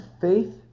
faith